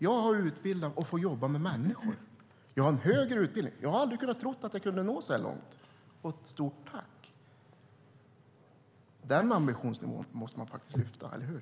Jag har utbildat mig och får jobba med människor. Jag har en högre utbildning. Jag hade aldrig kunnat tro att jag skulle kunna nå så här långt. Stort tack! Den ambitionsnivån måste man faktiskt lyfta - eller hur?